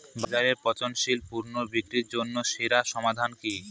বাজারে পচনশীল পণ্য বিক্রির জন্য সেরা সমাধান কি?